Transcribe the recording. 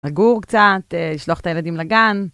לגור קצת, לשלוח את הילדים לגן.